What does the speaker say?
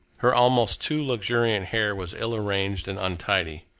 her almost too luxuriant hair was ill-arranged and untidy.